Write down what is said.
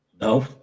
no